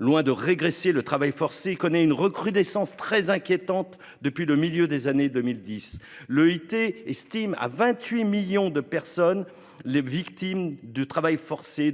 Loin de régresser, le travail forcé connaît une recrudescence très inquiétante depuis le milieu des années 2010. L'OIT estime à 28 millions le nombre de personnes qui en sont victimes